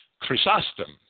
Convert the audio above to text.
Chrysostom